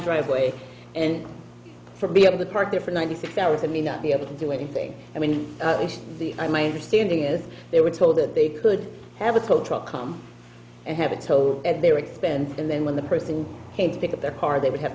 driveway and for be able to park there for ninety six hours i may not be able to do anything i mean i my understanding is they were told that they could have a tow truck come and have it towed at their expense and then when the person came to pick up their car they would have